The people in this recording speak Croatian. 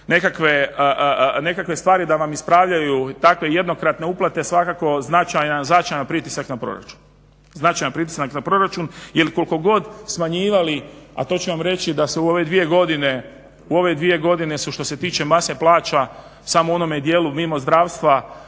nekakve stvari da vam ispravljaju takve jednokratne uplate svakako značajan pritisak na proračun jel koliko god smanjivali, a to će vam reći da se u ove dvije godine što se tiče mase plaća samo u onome dijelu mimo zdravstva